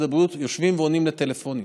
הבריאות יושבים ועונים היום לטלפונים.